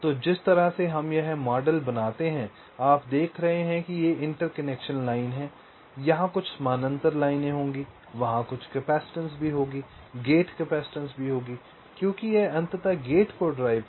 तो जिस तरह से हम यह मॉडल बनाते हैं कि आप देख रहे हैं कि ये इंटरकनेक्शन लाइन हैं यहां कुछ समानांतर लाइनें होंगी वहां कुछ कैपेसिटेंस भी होगी गेट कैपेसिटेंस भी होगी क्योंकि यह अंततः गेट को ड्राइव कर रहा है